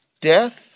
death